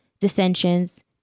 dissensions